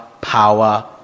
power